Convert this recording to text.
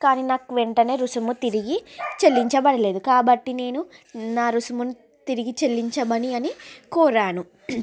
కానీ నాకు వెంటనే రుసుము తిరిగి చెల్లించబడలేదు కాబట్టి నేను నా రుసుమును తిరిగి చెల్లించమని అని కోరాను